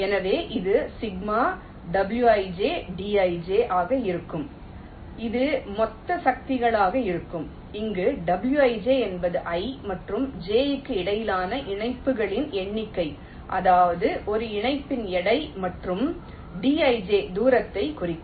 எனவே இது ij ஆக இருக்கும் இது மொத்த சக்திகளாக இருக்கும் அங்கு wij என்பது i மற்றும் j க்கு இடையிலான இணைப்புகளின் எண்ணிக்கை அதாவது இது இணைப்பின் எடை மற்றும் d ij தூரத்தைக் குறிக்கும்